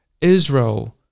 Israel